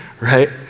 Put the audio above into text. Right